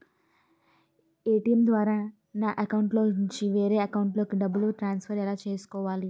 ATM ద్వారా నా అకౌంట్లోనుంచి వేరే అకౌంట్ కి డబ్బులు ట్రాన్సఫర్ ఎలా చేసుకోవాలి?